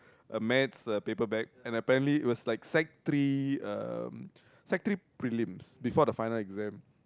a maths uh paper back and apparently it was like sec three um sec three prelims before the final exam